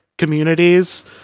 communities